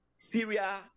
Syria